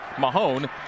Mahone